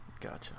Gotcha